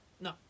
No